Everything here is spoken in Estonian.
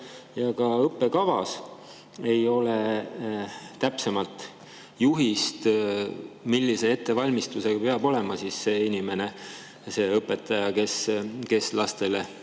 ja ka õppekavas ei ole täpsemat juhist, millise ettevalmistusega peab olema see inimene, see õpetaja, kes lastele